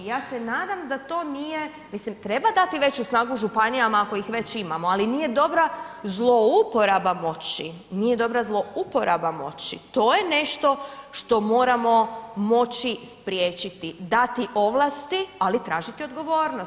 I ja se nadam da to nije, mislim treba dati veću snagu županijama ako ih već imamo, ali nije dobra zlouporaba moći, nije dobra zlouporaba moći, to je nešto što moramo moći spriječiti, dati ovlasti, ali tražiti odgovornost.